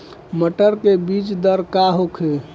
मटर के बीज दर का होखे?